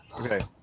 Okay